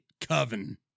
Coven